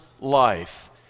life